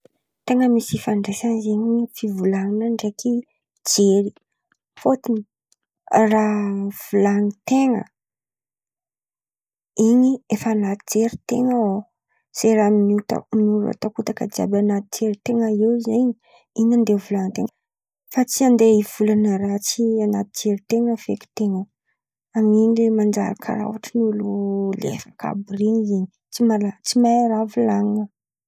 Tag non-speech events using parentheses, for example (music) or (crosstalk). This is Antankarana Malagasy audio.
Ten̈a misy ifandraisany zen̈y ny fivolan̈ana ndraiky jery fôtony (noise) raha volan̈in-ten̈a in̈y efa anaty jerin-ten̈a ao zay raha miotakotaka jiàby anaty jerin-ten̈a eo zen̈y in̈y andeha volan̈in-ten̈a fa tsy (noise) fa tsy andeha hivolana raha tsy anaty jerin-ten̈a feky an-ten̈a.